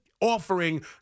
offering